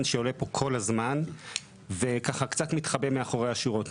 שעולה פה כל הזמן וקצת מתחבא מאחורי השורות.